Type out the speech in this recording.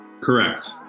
correct